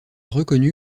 reconnu